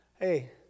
Hey